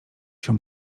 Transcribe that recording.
się